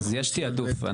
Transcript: יש תיעדוף.